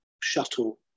Shuttle